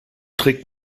trägt